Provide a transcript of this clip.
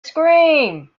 scream